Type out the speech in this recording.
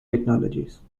technologies